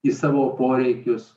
į savo poreikius